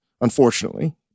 unfortunately